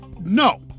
No